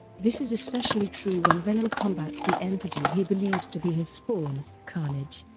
this is especially true when venom combats the entity he believes to be his spawn, carnage.